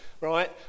right